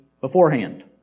beforehand